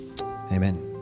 Amen